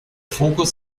fokus